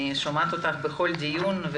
אני שומעת אותך בכל דיון.